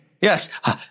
Yes